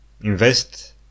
invest